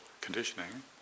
conditioning